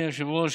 אדוני היושב-ראש,